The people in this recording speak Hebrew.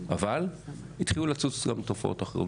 אבל התחילו לצוץ גם תופעות אחרות.